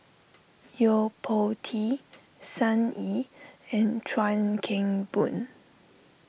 Yo Po Tee Sun Yee and Chuan Keng Boon